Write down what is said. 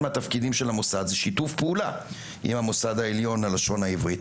מהתפקידים של המוסד זה שיתוף פעולה עם המוסד העליון ללשון העברית.